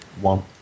One